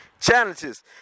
challenges